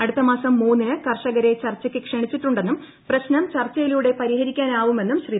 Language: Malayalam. അടുത്ത മാസം മൂന്നിന് കർഷകരെ ചർച്ചയ്ക്ക് ക്ഷണിച്ചിട്ടുണ്ടെട്ടിന്നും പ്രശ്നം ചർച്ചയിലൂടെ പരിഹരിക്കാനാവുമെന്നും ശ്രീ